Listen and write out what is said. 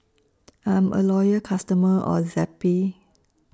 I'm A Loyal customer of Zappy